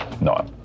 No